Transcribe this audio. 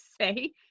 say